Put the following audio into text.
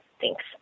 Thanks